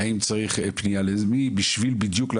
האם צריכה להיות פנייה לתקציבן של המשרד שלכם,